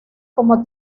como